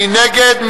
מי נגד?